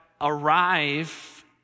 arrive